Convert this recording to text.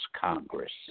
Congress